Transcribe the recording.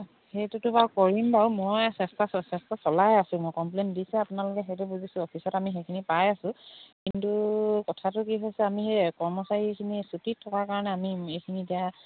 সেইটোতো বাৰু কৰিম বাৰু মই চেষ্টা চেষ্ট চলাই আছোঁ মই কমপ্লেইন দিছে আপোনালোকে সেইটো বুজিছোঁ অফিচত আমি সেইখিনি পাই আছোঁ কিন্তু কথাটো কি হৈছে আমি সেই কৰ্মচাৰীখিনি ছুটিত থকাৰ কাৰণে আমি এইখিনি এতিয়া